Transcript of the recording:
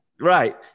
right